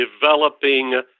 developing